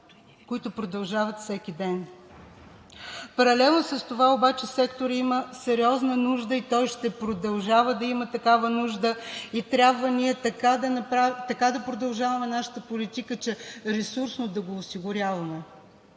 които продължават. Всеки ден обаче секторът има сериозна нужда, той ще продължава да има такава нужда и ние трябва така да продължаваме нашата политика, че ресурсно да го осигуряваме